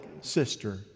sister